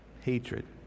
hatred